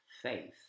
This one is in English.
faith